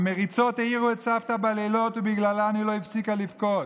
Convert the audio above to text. המריצות העירו את סבתא בלילות ובגללן היא לא הפסיקה לבכות.